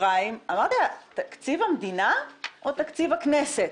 מדובר בתקציב המדינה או בתקציב הכנסת.